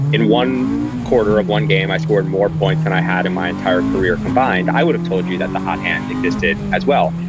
in one quarter of one game, i scored more points than i had in my entire career combined. i would have told you that the hot hand existed as well.